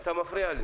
אתה מפריע לי.